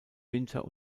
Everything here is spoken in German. winter